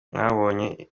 mwabonye